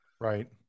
Right